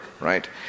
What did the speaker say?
right